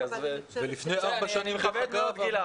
דרך אגב,